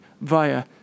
via